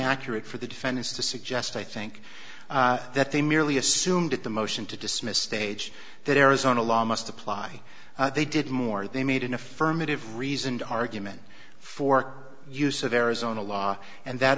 accurate for the defendants to suggest i think that they merely assumed that the motion to dismiss stage that arizona law must apply they did more they made an affirmative reasoned argument for use of arizona law and that